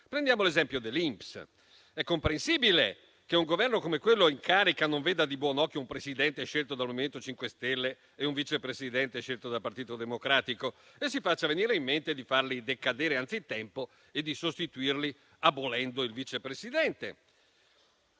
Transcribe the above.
Prendiamo l'esempio dell'INPS. È comprensibile che un Governo come quello in carica non veda di buon occhio un presidente scelto dal MoVimento 5 Stelle e un vice presidente scelto dal Partito Democratico e si faccia venire in mente di farli decadere anzitempo e di sostituirli abolendo la figura del